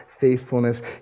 faithfulness